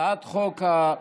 הצעת חוק הפרמדיקים.